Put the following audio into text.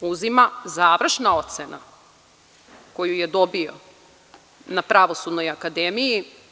uzima završna ocena koju je dobio na pravosudnoj akademiji.